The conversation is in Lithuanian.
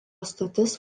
stotis